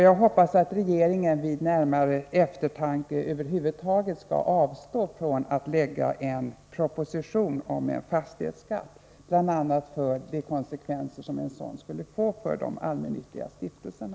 Jag hoppas att regeringen vid närmare eftertanke skall avstå från att över huvud taget lägga fram någon proposition om en fastighetsskatt, bl.a. med hänsyn till de konsekvenser en sådan skulle få för kyrkan och de allmännyttiga stiftelserna.